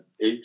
eight